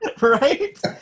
Right